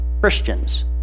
Christians